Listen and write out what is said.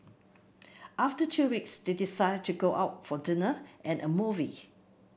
after two weeks they decide to go out for dinner and a movie